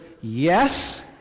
yes